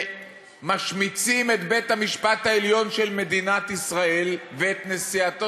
כשמשמיצים את בית-המשפט העליון של מדינת ישראל ואת נשיאתו,